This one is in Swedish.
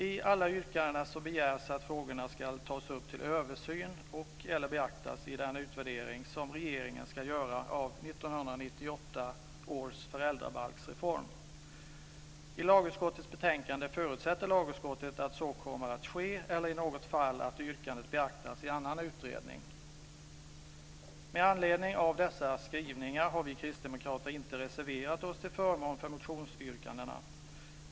I alla yrkanden begärs att frågorna ska tas upp till översyn eller beaktas i den utvärdering som regeringen ska göra av 1998 års föräldrabalksreform. I betänkandet förutsätter lagutskottet att så kommer att ske, eller i något fall att yrkandet beaktas i annan utredning. Med anledning av dessa skrivningar har vi kristdemokrater inte reserverat oss till förmån för motionsyrkandena.